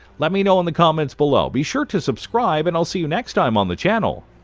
let me know in the comments below, be sure to subscribe, and i'll see you next time on the channnel!